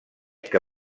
que